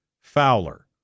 Fowler